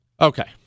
Okay